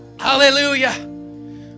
hallelujah